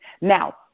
Now